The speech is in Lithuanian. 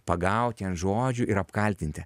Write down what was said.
pagauti ant žodžių ir apkaltinti